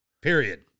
Period